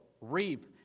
reap